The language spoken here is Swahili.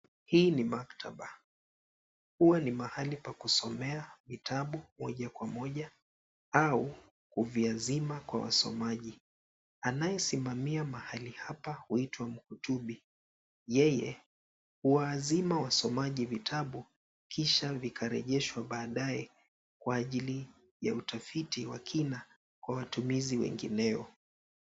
Hii ni maktaba huwa ni mahali pa kusomea vitabu moja kwa moja au kuvyazima kwa wasomaji. anayesimamia mahali hapa huitwa muhutubi yeye huwa azima wasomaji vitabu kisha vikarejeshwa baadaye kwa ajili ya utafiti wa kina kwa watumizi wengineo.